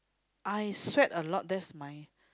I sweat a lot that's my